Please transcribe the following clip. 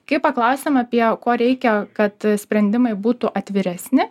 kai paklausėm apie ko reikia kad sprendimai būtų atviresni